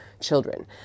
children